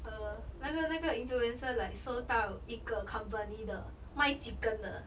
uh 那个那个 influencer like 收到一个 company the 卖 chicken 的